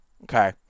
Okay